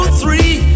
three